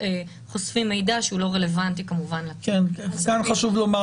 חושפים מידע שהוא לא רלוונטי כמובן --- כאן חשוב לומר,